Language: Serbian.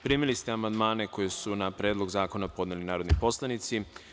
Primili ste amandmane koje su na Predlog zakona podneli narodni poslanici.